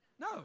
No